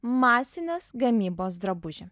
masinės gamybos drabužį